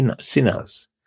sinners